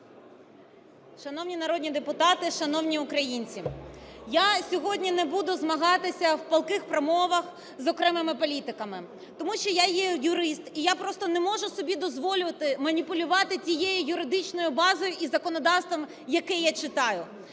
Шановні народні депутати, шановні українці! Я сьогодні не буду змагатися в палких промовах з окремими політиками. Тому що я є юрист, і я просто не можу собі дозволити маніпулювати тією юридичною базою і законодавством, яке я читаю.